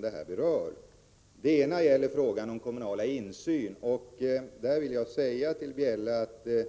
Den första frågan gäller kommunal insyn. Jag vill till Britta Bjelle säga att